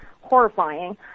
horrifying